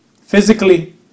physically